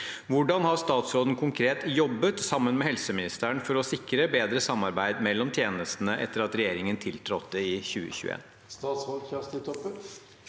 Hvordan har statsråden konkret jobbet sammen med helseministeren for å sikre bedre samarbeid mellom tjenestene etter at regjeringen tiltrådte i 2021?»